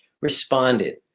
responded